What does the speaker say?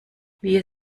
wir